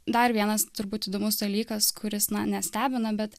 dar vienas turbūt įdomus dalykas kuris na nestebina bet